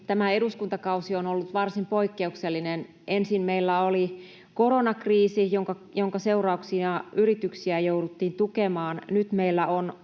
Tämä eduskuntakausi on ollut varsin poikkeuksellinen. Ensin meillä oli koronakriisi, jonka seurauksena yrityksiä jouduttiin tukemaan. Nyt meillä on